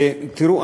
תראו,